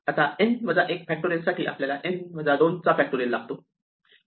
आता n 1 चा factorial साठी आपल्याला n 2 चा फॅक्टोरिअल लागतो